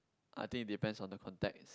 I think it depends on the context